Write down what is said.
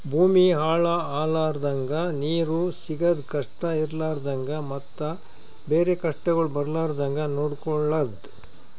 ಭೂಮಿ ಹಾಳ ಆಲರ್ದಂಗ, ನೀರು ಸಿಗದ್ ಕಷ್ಟ ಇರಲಾರದಂಗ ಮತ್ತ ಬೇರೆ ಕಷ್ಟಗೊಳ್ ಬರ್ಲಾರ್ದಂಗ್ ನೊಡ್ಕೊಳದ್